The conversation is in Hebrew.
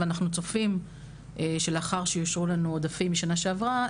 ואנחנו צופים לאחר שנשארו לנו עודפים משנה שעברה,